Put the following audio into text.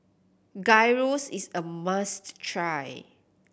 Gyros is a must try